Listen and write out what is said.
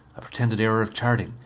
a pretended error of charting.